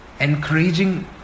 encouraging